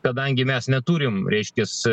kadangi mes neturim reiškias